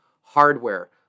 Hardware